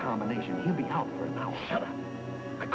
combination